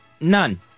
None